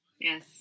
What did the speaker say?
Yes